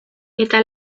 eta